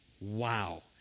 Wow